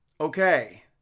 Okay